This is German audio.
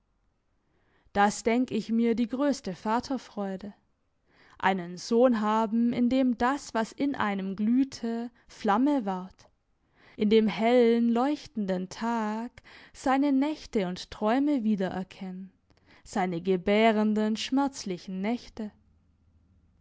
das denk ich mir die grösste vaterfreude einen sohn haben in dem das was in einem glühte flamme ward in dem hellen leuchtenden tag seine nächte und träume wiedererkennen seine gebärenden schmerzlichen nächte